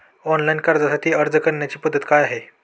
Online कर्जासाठी अर्ज करण्याची पद्धत काय आहे?